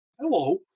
Hello